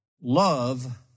Love